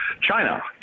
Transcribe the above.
China